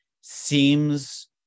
seems